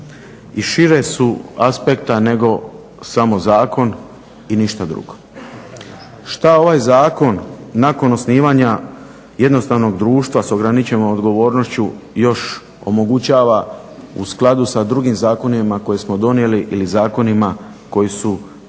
i šireg su aspekta nego samo zakon i ništa drugo. Što ovaj zakon nakon osnivanja jednostavnog društva s ograničenom odgovornošću još omogućava u skladu sa drugim zakonima koje smo donijeli ili zakonima koji su pred ovim